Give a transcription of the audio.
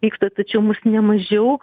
vyksta tačiau mums ne mažiau